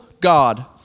God